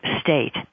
state